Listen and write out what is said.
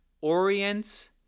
orients